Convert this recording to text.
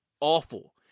awful